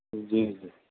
جی جی